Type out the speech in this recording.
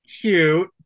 cute